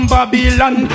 Babylon